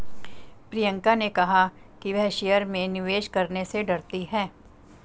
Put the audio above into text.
प्रियंका ने कहा कि वह शेयर में निवेश करने से डरती है